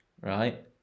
right